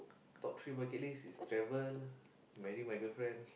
top three bucket list is travel marry my girlfriend